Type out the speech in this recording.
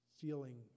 feeling